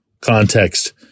context